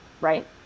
right